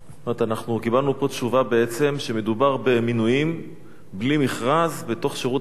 אנחנו קיבלנו פה תשובה שמדובר במינויים בלי מכרז בתוך שירות המדינה.